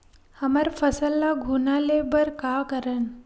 हमर फसल ल घुना ले बर का करन?